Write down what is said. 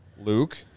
Luke